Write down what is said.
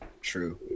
true